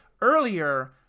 earlier